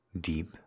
Deep